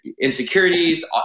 insecurities